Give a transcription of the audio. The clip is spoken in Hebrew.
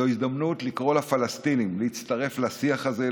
זו הזדמנות לקרוא לפלסטינים להצטרף לשיח הזה,